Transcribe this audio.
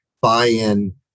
buy-in